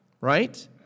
right